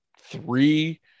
three